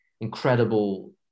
incredible